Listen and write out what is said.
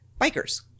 Bikers